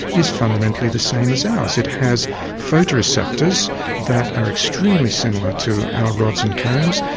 is fundamentally the same as ours. it has photoreceptors that are extremely similar to our rods and cones,